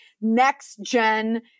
next-gen